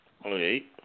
Okay